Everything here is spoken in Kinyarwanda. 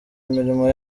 imirimo